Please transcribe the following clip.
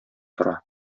тора